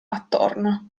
attorno